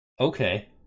Okay